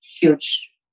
huge